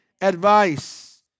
advice